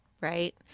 right